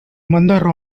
mother